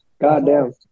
Goddamn